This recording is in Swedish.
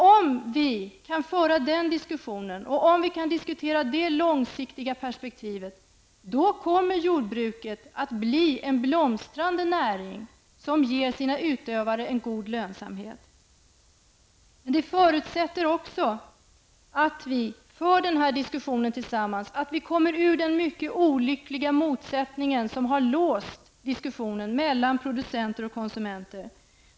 Om vi kan föra den diskussionen och diskutera det långsiktiga perspektivet kommer jordbruket att bli en blomstrande näring som ger sina utövare en god lönsamhet. Det förutsätter också att vi för den här diskussionen tillsammans, att vi kommer ur den mycket olyckliga motsättning som har låst diskussionen mellan producenter och konsumenter.